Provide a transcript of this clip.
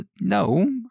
no